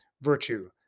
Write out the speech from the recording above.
virtue